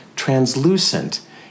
translucent